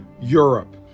Europe